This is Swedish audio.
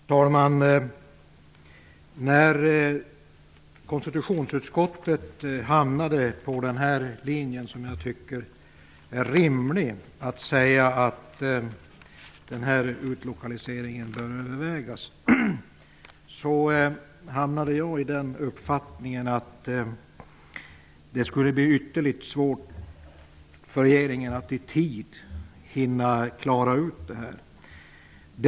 Herr talman! När konstitutionsutskottet valde den linje som jag tycker är rimlig, nämligen att denna utlokalisering bör övervägas, fick jag uppfattningen att det skulle bli ytterligt svårt för regeringen att hinna klara upp detta i tid.